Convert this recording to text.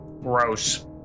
Gross